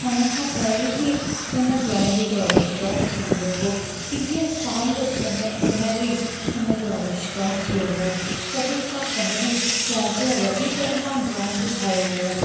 हुनखां पहिरीं ही इन ड्राइंग जो अविष्कार थी वियो उहो टीह साल पह पहिरीं हिनजो अविष्कार थियो हो सभिनि खां पहिरीं राजा रवि वर्मा ड्राइंग ठाहियो हो